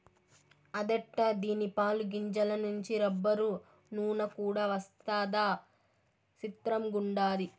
అదెట్టా దీని పాలు, గింజల నుంచి రబ్బరు, నూన కూడా వస్తదా సిత్రంగుండాది